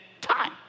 time